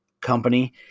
company